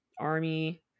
army